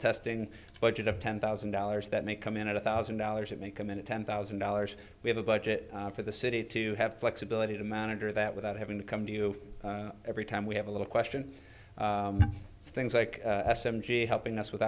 testing budget of ten thousand dollars that may come in a thousand dollars it may come in a ten thousand dollars we have a budget for the city to have flexibility to monitor that without having to come to you every time we have a little question things like s m g helping us with